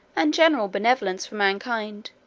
and general benevolence for mankind,